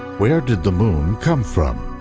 where did the moon come from?